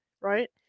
right